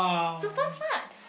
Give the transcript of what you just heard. super smart